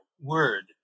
word